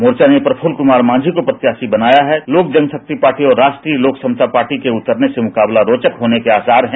मोर्चा ने प्रफुल्ल कुमार मांझी को प्रत्याशी बनाया है लोक जनशक्ति पार्टी और राष्ट्रीय लोक समता पार्टी के उतरने से मुकाबला रोचक होने के आसार है